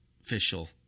official